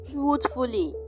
Truthfully